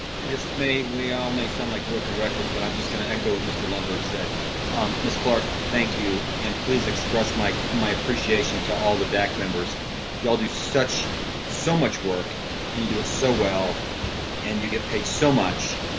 this may we all make sound like broken records, but i'm just gonna echo it. mr lundberg said um miss clark. thank you and please express my my appreciation to all the dac members y'all do such so much work and you do it so well and you get paid so much.